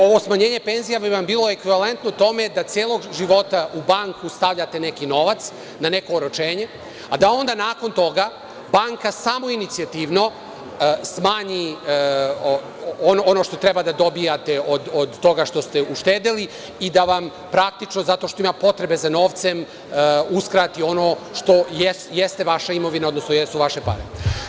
Ovo smanjenje penzija bi vam ekvivalentno tome da celog života u banku stavljate neki novac, na neko oročenje, a da onda nakon toga banka samoinicijativno smanji ono što treba da dobijate od toga što ste uštedeli i da vam, praktično, zato što ima potrebe za novcem, uskrati ono što jeste vaša imovina, odnosno jesu vaše pare.